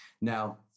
Now